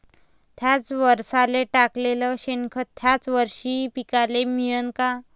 थ्याच वरसाले टाकलेलं शेनखत थ्याच वरशी पिकाले मिळन का?